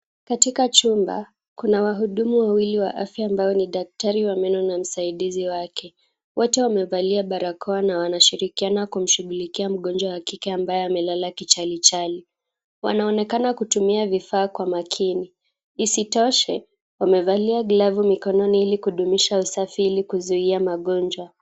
Katika chumba, kuna wahudumu wawili wa afya ambao ni daktari wa meno na msaidizi wake. Wote wamevalia barakoa na wanashirikiana kumshughulikia mgonjwa wa kike ambaye amelala kichali chali. Wanaonekana kutumia vifaa kwa makini. Isitoshe, wamevalia glavu mikononi ili kuhudumisha usafi ili kuzuia magonjwa.